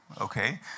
okay